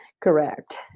Correct